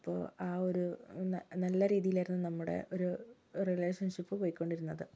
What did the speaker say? അപ്പോൾ ആ ഒരു നല്ല രീതിലായിരുന്നു നമ്മുടെ ഒരു റിലേഷൻഷിപ് പോയിക്കൊണ്ടിരുന്നത്